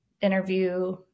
interview